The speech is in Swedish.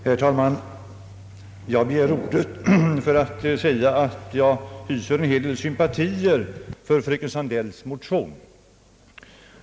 Herr talman! Jag har begärt ordet för att säga att jag hyser en hel del sympatier för fröken Sandells motion.